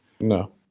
No